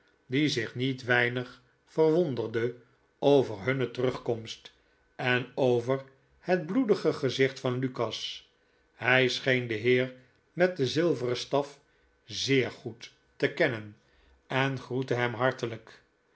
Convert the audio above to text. die zich niet weinig verwonderde over hunne terugkomst en over het bloedige gezicht van lukas hi scheen den heer met den zilveren staf zeer goed te kennen en groette hem hartelijk